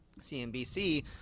CNBC